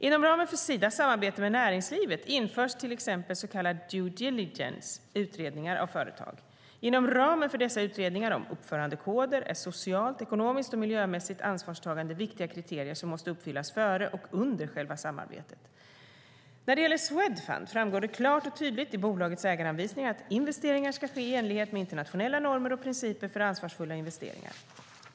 Inom ramen för Sidas samarbete med näringslivet införs till exempel så kallad due diligence-utredningar av företag. Inom ramen för dessa utredningar om uppförandekoder är socialt, ekonomiskt och miljömässigt ansvarstagande viktiga kriterier som måste uppfyllas före och under själva samarbetet. När det gäller Swedfund framgår det klart och tydligt i bolagets ägaranvisning att investeringarna ska ske i enlighet med internationella normer och principer för ansvarsfulla investeringar.